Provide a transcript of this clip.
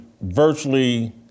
virtually